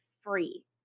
free